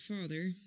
father